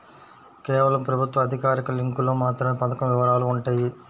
కేవలం ప్రభుత్వ అధికారిక లింకులో మాత్రమే పథకం వివరాలు వుంటయ్యి